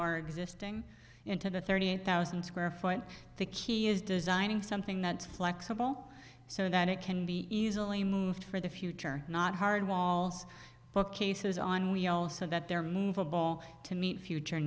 our existing into the thirty thousand square foot the key is designing something that's flexible so that it can be easily moved for the future not hard walls bookcases on we also that they're movable to meet future